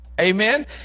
amen